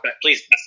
Please